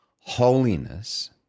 holiness